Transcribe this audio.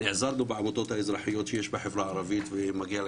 נעזרנו בעבודות האזרחיות שיש בחברה הערבית ומגיעה